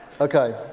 Okay